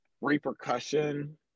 repercussion